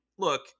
Look